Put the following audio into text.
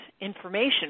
information